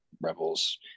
rebels